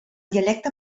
dialecte